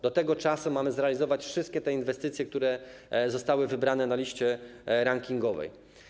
Do tego czasu mamy zrealizować wszystkie te inwestycje, które zostały wybrane i umieszczone na liście rankingowej.